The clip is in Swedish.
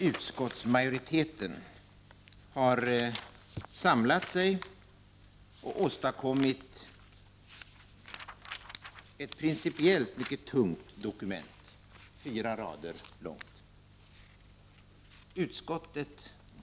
Utskottsmajoriteten har samlat sig och åstadkommit ett mycket tungt principiellt dokument, fyra rader långt.